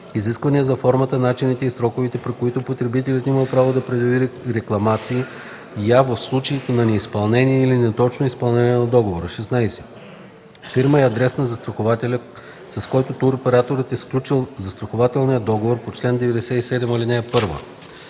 изисквания за формата, начините и сроковете, при които потребителят има право да предяви рекламация в случаите на неизпълнение или неточно изпълнение на договора; 16. фирма и адрес на застрахователя, с който туроператорът е сключил застрахователния договор по чл. 97, ал. 1.